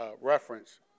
reference